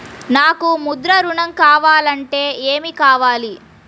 నాకు ముద్ర ఋణం కావాలంటే ఏమి కావాలి?